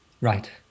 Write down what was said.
Right